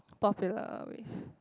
popular with